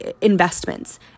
investments